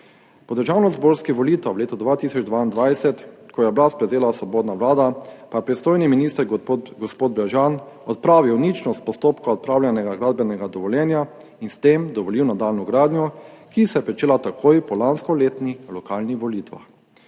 Po državnozborskih volitvah v letu 2022, ko je oblast prevzela svobodna vlada, pa je pristojni minister gospod Brežan odpravil ničnost postopka odpravljenega gradbenega dovoljenja in s tem dovolil nadaljnjo gradnjo, ki se je pričela takoj po lanskoletnih lokalnih volitvah.